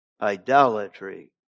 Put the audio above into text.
idolatry